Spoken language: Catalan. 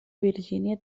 virgínia